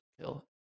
kill